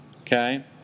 Okay